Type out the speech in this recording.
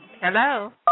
Hello